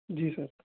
जी sir